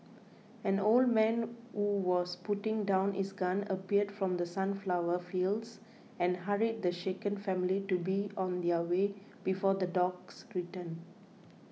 an old man who was putting down his gun appeared from the sunflower fields and hurried the shaken family to be on their way before the dogs return